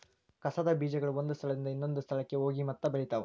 ಕಸದ ಬೇಜಗಳು ಒಂದ ಸ್ಥಳದಿಂದ ಇನ್ನೊಂದ ಸ್ಥಳಕ್ಕ ಹೋಗಿ ಮತ್ತ ಬೆಳಿತಾವ